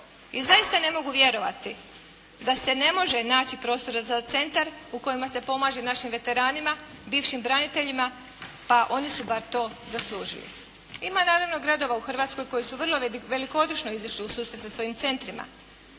I zaista ne mogu vjerovati da se ne može naći prostora za centar u kojima se pomaže našim veteranima, bivšim braniteljima. Pa oni su bar to zaslužili. Ima naravno gradova u Hrvatskoj koji su vrlo velikodušno izišli u susret sa svojim centrima,